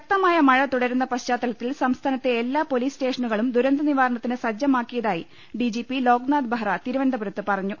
ശക്തമായ മഴ തുടരുന്ന പശ്ചാത്തലത്തിൽ സംസ്ഥാനത്തെ എല്ലാ പൊലീസ് സ്റ്റേഷനുകളും ദൂരന്ത് നിവാരണത്തിന് സജ്ജമാക്കിയതായി DGP Loknath Behera തിരുവനന്തപുരത്ത് പറഞ്ഞു